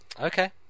okay